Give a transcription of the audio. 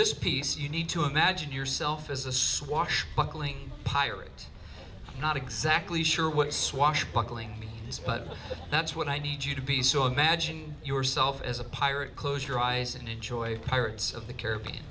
this piece you need to imagine yourself as a swashbuckling pirate not exactly sure what swashbuckling is but that's what i need you to be so imagine yourself as a pirate close your eyes and enjoy pirates of the caribbean